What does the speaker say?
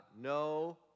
no